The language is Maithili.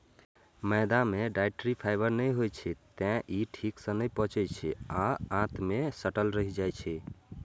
मैदा मे डाइट्री फाइबर नै होइ छै, तें ई ठीक सं नै पचै छै आ आंत मे सटल रहि जाइ छै